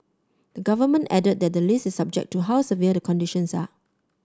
the government added that the list is subject to how severe the conditions are